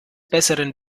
besseren